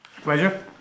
Pleasure